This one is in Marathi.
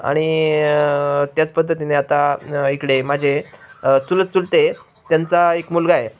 आणि त्याच पद्धतीने आता इकडे माझे चुलत चुलते त्यांचा एक मुलगा आहे